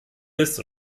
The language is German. ist